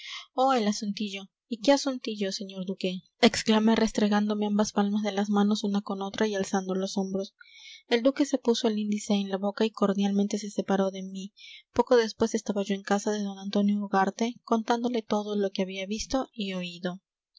oh el asuntillo y qué asuntillo señor duque exclamé restregándome ambas palmas de las manos una con otra y alzando los hombros el duque se puso el índice en la boca y cordialmente se separó de mí poco después estaba yo en casa de d antonio ugarte contándole todo lo que había visto y oído